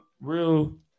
Real